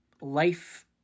life